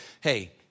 hey